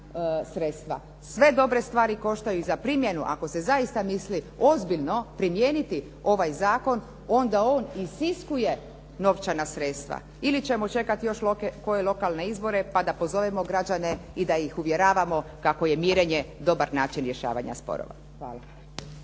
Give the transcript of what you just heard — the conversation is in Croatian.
Sve dobre stvari koštaju i za primjenu ako se zaista misli ozbiljno primijeniti ovaj zakon onda on isiskuje novčana sredstva ili ćemo čekati još koje lokalne izbore pa da pozovemo građane i da ih uvjeravamo kako je mirenje dobar način rješavanja sporova. Hvala.